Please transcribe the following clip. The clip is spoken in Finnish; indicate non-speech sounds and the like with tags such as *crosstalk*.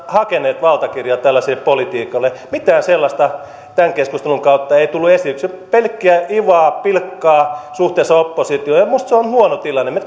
hakeneet valtakirjaa tällaiselle politiikalle mitään sellaista tämän keskustelun kautta ei tullut esille pelkkää ivaa pilkkaa suhteessa oppositioon ja minusta se on huono tilanne me *unintelligible*